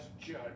judge